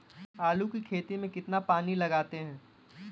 आलू की खेती में कितना पानी लगाते हैं?